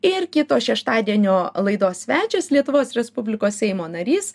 ir kito šeštadienio laidos svečias lietuvos respublikos seimo narys